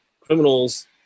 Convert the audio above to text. criminals